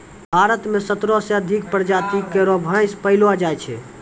भारत म सत्रह सें अधिक प्रजाति केरो भैंस पैलो जाय छै